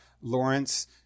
Lawrence